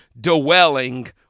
dwelling